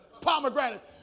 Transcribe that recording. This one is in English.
Pomegranate